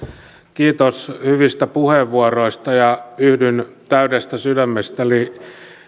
kiitos hyvistä puheenvuoroista ja yhdyn täydestä sydämestäni